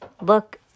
Look